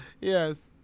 yes